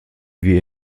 wir